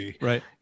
Right